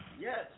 Yes